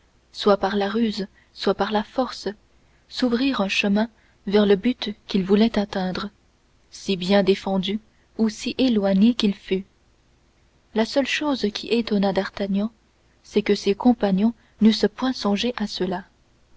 soit par la ruse soit par la force s'ouvrir un chemin vers le but qu'ils voulaient atteindre si bien défendu ou si éloigné qu'il fût la seule chose qui étonnât d'artagnan c'est que ses compagnons n'eussent point songé à cela